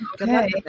Okay